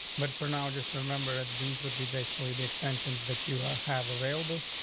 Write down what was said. but for now, just remember, ah these would be basically the extension that you are have available,